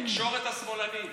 התקשורת השמאלנית.